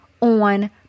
on